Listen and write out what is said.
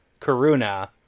Karuna